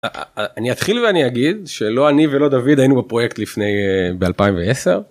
אני אתחיל ואני אגיד שלא אני ולא דוד היינו בפרויקט לפני... ב- 2010.